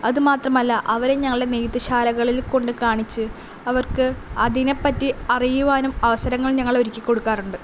അതു മാത്രമല്ല അവരെ ഞങ്ങളുടെ നെയ്ത്ശാലകളിൽ കൊണ്ട് കാണിച്ച് അവർക്ക് അതിനെപ്പറ്റി അറിയുവാനും അവസരങ്ങൾ ഞങ്ങൾ ഒരുക്കി കൊടുക്കാറുണ്ട്